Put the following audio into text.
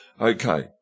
Okay